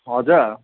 हजुर